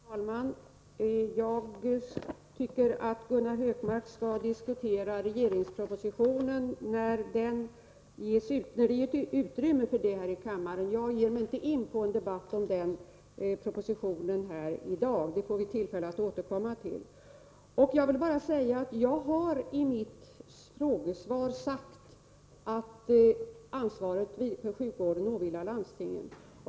Herr talman! Jag tycker att Gunnar Hökmark skall diskutera regeringspropositionen när det ges utrymme för detta här i kammaren. Jag ger mig inte ini en debatt om den propositionen här i dag. Det får vi tillfälle att återkomma till. Jag har i mitt frågesvar sagt att ansvaret för sjukvården åvilar landstingen.